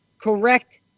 correct